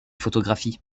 photographies